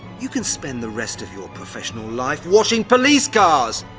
you can spend the rest of your professional life washing police cars!